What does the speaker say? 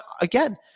again